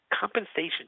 compensation